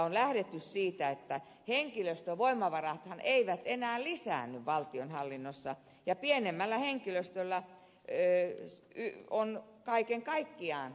on lähdetty siitä että henkilöstövoimavarathan eivät enää lisäänny valtionhallinnossa ja pienemmällä henkilöstöllä on kaiken kaikkiaan pärjättävä